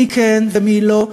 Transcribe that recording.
מי כן ומי לא.